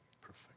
Perfect